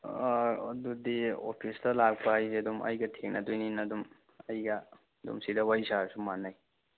ꯑꯗꯨꯗꯤ ꯑꯣꯐꯤꯁꯇ ꯂꯥꯛꯄ ꯍꯥꯏꯁꯦ ꯑꯗꯨꯝ ꯑꯩꯒ ꯊꯦꯡꯅꯗꯣꯏꯅꯤꯅ ꯑꯗꯨꯝ ꯑꯩꯒ ꯑꯗꯨꯝ ꯑꯁꯤꯗ ꯋꯥꯔꯤ ꯁꯥꯔꯁꯨ ꯃꯥꯟꯅꯩ